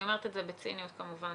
אני אומרת את זה בציניות כמובן.